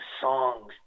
songs